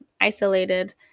isolated